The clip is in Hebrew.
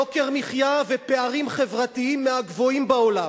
יוקר מחיה ופערים חברתיים מהגבוהים בעולם.